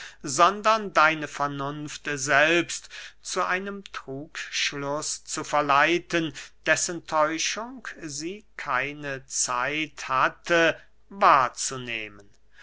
sondern deine vernunft selbst zu einem trugschluß zu verleiten dessen täuschung sie keine zeit hatte wahrzunehmen